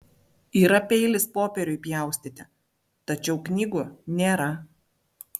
yra peilis popieriui pjaustyti tačiau knygų nėra